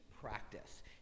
practice